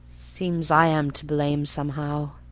seems i am to blame somehow.